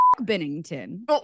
Bennington